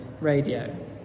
radio